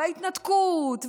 וההתנתקות,